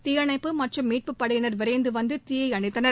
தீயணைப்பு மற்றும் மீட்புப் படையினர் விரைந்துவந்துதீயைஅணைத்தனர்